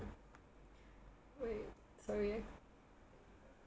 wait sorry